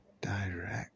Direct